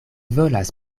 volas